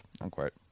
unquote